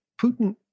Putin